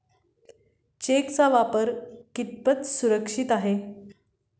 चेकचा वापर कितपत सुरक्षित आहे?